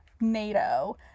NATO